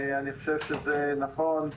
אני חושב שזה נכון,